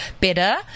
Better